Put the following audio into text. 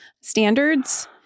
standards